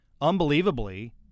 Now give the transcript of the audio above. unbelievably